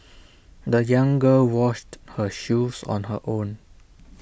the young girl washed her shoes on her own